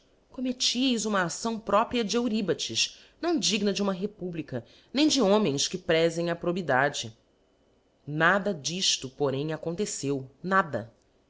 commettieis uma acção própria de eurybates não digna de uma republica nem de homens que prefem a probidade nada difto porém aconteceu nada